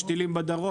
יש טילים בדרום,